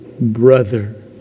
Brother